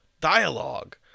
dialogue